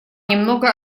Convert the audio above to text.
немного